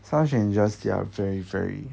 some strangers they are very very